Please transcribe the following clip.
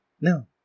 No